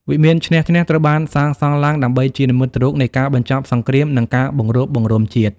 វិមានឈ្នះ-ឈ្នះ ត្រូវបានសាងសង់ឡើងដើម្បីជានិមិត្តរូបនៃការបញ្ចប់សង្គ្រាម និងការបង្រួបបង្រួមជាតិ។